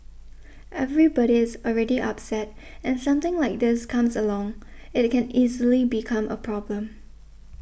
everybody is already upset and something like this comes along it can easily become a problem